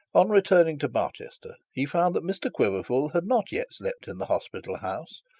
on returning to barchester, he found that mr quiverful had not yet slept in the hospital house,